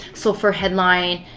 so for headline,